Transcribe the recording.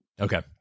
Okay